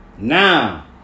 Now